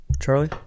Charlie